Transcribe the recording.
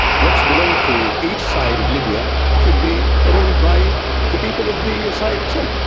what's belong to each side of libya should be ruled by the people of the side itself.